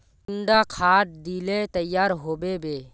कुंडा खाद दिले तैयार होबे बे?